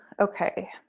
okay